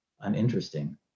uninteresting